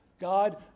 God